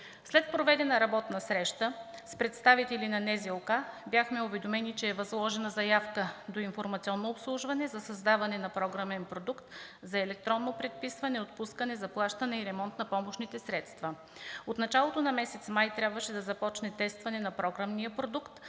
След проведена работна среща с представители на Националната здравноосигурителна каса бяхме уведомени, че е възложена заявка до „Информационно обслужване“ за създаване на програмен продукт за електронно предписване, отпускане, заплащане и ремонт на помощните средства. От началото на месец май трябваше да започне тестване на програмния продукт,